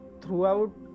throughout